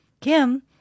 kim